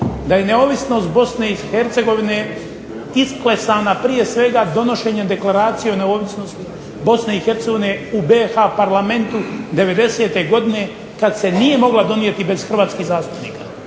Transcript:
da je neovisnost BiH isklesana prije svega donošenjem Deklaracije o neovisnosti BiH u BiH parlamentu '90.-te godine kada se nije mogla donijeti bez hrvatskih zastupnika.